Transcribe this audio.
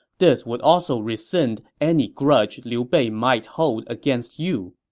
this would also rescind any grudge liu bei might hold against you.